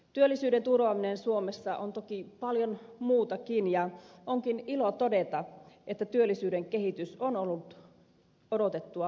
työllisyyden turvaaminen suomessa on toki paljon muutakin ja onkin ilo todeta että työllisyyden kehitys on ollut odotettua myönteisempää